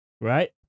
Right